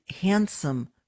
handsome